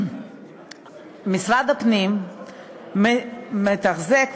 משרד הפנים מתחזק,